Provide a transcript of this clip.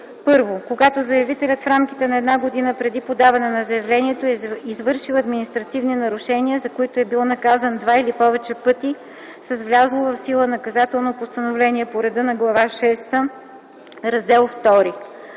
1. когато заявителят в рамките на една година преди подаване на заявлението е извършил административни нарушения, за които е бил наказван два или повече пъти с влязло в сила наказателно постановление по реда на глава шеста, раздел